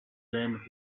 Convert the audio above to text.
them